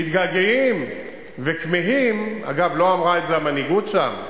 מתגעגעים וכמהים, אגב, לא אמרה את זה המנהיגות שם,